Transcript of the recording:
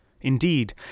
Indeed